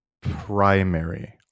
primary